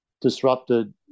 disrupted